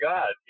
God